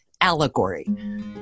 allegory